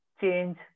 change